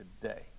today